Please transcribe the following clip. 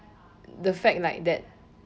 the fact like that